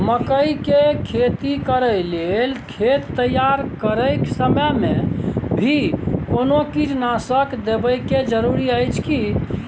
मकई के खेती कैर लेल खेत तैयार करैक समय मे भी कोनो कीटनासक देबै के जरूरी अछि की?